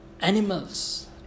animals